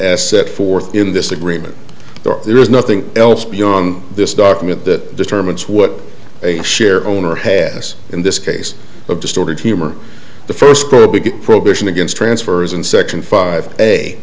as set forth in this agreement there is nothing else beyond this document that terminus what a share owner has in this case of distorted humor the first big prohibition against transfers in section five